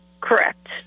Correct